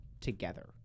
together